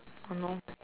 oh no